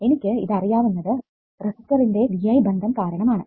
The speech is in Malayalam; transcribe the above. എനിക്ക് ഇത് അറിയാവുന്നത് റെസിസ്റ്ററിന്റെ V I ബന്ധം കാരണം ആണ്